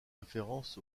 référence